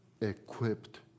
equipped